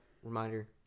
Reminder